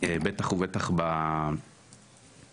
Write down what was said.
רוצה לדאוג לתעסוקה של הילדים שלו,